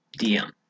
DM